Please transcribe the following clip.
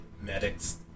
medics